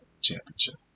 championship